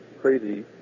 crazy